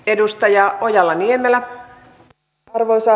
arvoisa rouva puhemies